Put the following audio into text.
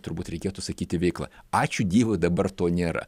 turbūt reikėtų sakyti veikla ačiū dievui dabar to nėra